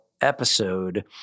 episode